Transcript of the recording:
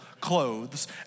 clothes